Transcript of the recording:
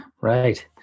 Right